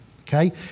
okay